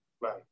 right